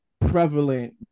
prevalent